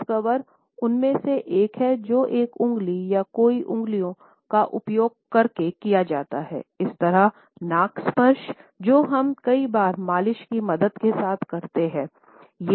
mouth cover उनमें से एक है जो एक उंगली या कई उंगलियों का उपयोग करके किया जा सकता है इसतरह नाक स्पर्श जो हम कई बार मालिश की मदद के साथ कर सकते हैं